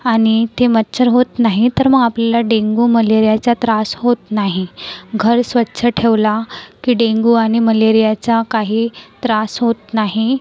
आणि ते मच्छर होत नाही तर मग आपल्याला डेंगू मलेरियाचा त्रास होत नाही घर स्वच्छ ठेवला की डेंगू आणि मलेरियाचा काही त्रास होत नाही